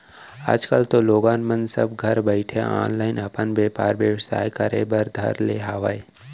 आज कल तो लोगन मन सब घरे बइठे ऑनलाईन अपन बेपार बेवसाय करे बर धर ले हावय